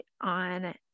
on